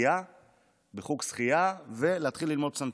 בחוג שחייה ולהתחיל ללמוד פסנתר.